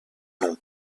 nom